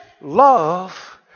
Love